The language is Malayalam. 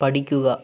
പഠിക്കുക